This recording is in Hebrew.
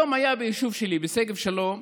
היום היו ביישוב שלי, בשגב שלום,